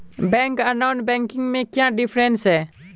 Bank आर non banking में क्याँ डिफरेंस है?